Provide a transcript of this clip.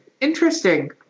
interesting